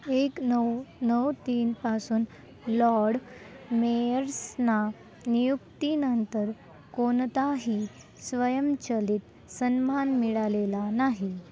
एक नऊ नऊ तीनपासून लॉर्ड मेअर्सना नियुक्तीनंतर कोणताही स्वयंचलित सन्मान मिळालेला नाही